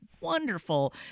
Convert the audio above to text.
wonderful